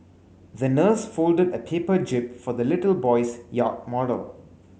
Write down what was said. the nurse folded a paper jib for the little boy's yacht model